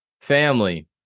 family